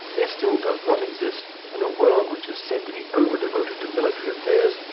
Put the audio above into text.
there still does not exist, in a world which is said to be over devoted to military affairs,